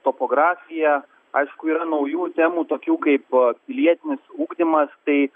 topografija aišku yra naujų temų tokių kaip pilietinis ugdymas tai